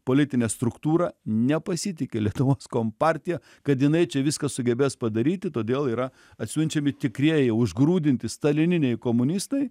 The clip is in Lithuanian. politinė struktūra nepasitiki lietuvos kompartija kad jinai čia viską sugebės padaryti todėl yra atsiunčiami tikrieji užgrūdinti stalininiai komunistai